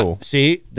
See